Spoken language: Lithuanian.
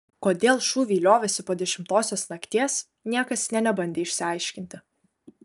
kodėl šūviai liovėsi po dešimtosios nakties niekas nė nebandė išsiaiškinti